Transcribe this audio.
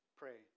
pray